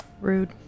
Rude